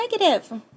negative